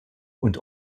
und